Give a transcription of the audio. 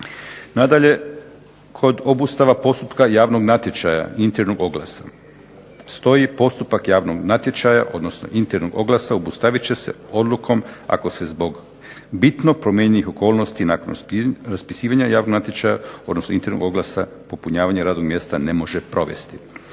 Nadalje, kod obustava postupka javnog natječaja, internog oglasa, stoji postupak javnog natječaja, odnosno internog oglasa obustavit će se odlukom ako se zbog bitno promijenjenih okolnosti nakon raspisivanja javnog natječaja, odnosno internog oglasa, popunjavanje radnog mjesta ne može provesti.